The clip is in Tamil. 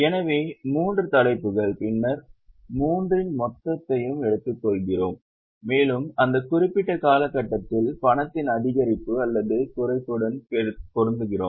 எனவே மூன்று தலைப்புகள் பின்னர் மூன்றின் மொத்தத்தை எடுத்துக்கொள்கிறோம் மேலும் அந்த குறிப்பிட்ட காலகட்டத்தில் பணத்தின் அதிகரிப்பு அல்லது குறைவுடன் பொருந்துகிறோம்